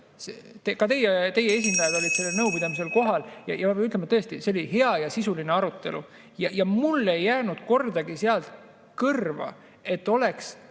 Ka teie esindajad olid sellel nõupidamisel kohal. Ja peab ütlema, et see oli hea ja sisuline arutelu ja mulle ei jäänud kordagi seal kõrva, et oleks